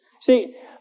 See